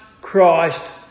Christ